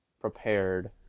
prepared